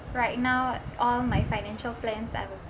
right now all my financial plans I will